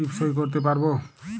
টিপ সই করতে পারবো?